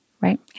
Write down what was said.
Right